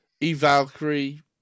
E-Valkyrie